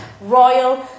royal